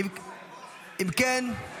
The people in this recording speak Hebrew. אם כן,